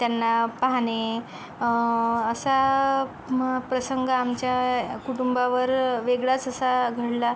त्यांना पाहाणे असा म प्रसंग आमच्या कुटुंबावर वेगळाच असा घडला